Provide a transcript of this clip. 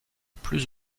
plus